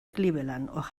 cleveland